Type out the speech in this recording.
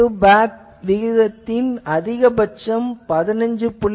front to back விகிதத்தின் அதிகபட்சம் 15